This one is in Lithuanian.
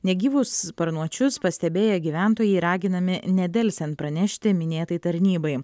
negyvus sparnuočius pastebėję gyventojai raginami nedelsiant pranešti minėtai tarnybai